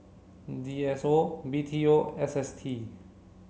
D S O B T O and S S T